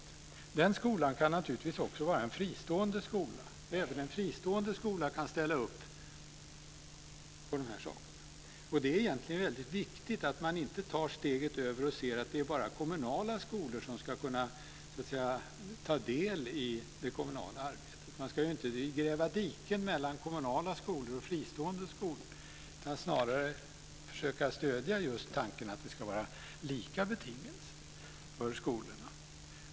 Denna skola kan naturligtvis också vara en fristående skola. Även en fristående skola kan ställa upp på dessa saker. Det är egentligen väldigt viktigt att man inte tar steget över och säger att det bara är kommunala skolor som ska kunna ta del i det kommunala arbetet. Man ska inte gräva diken mellan kommunala skolor och fristående skolor utan snarare försöka stödja just tanken att det ska vara lika betingelser för skolorna.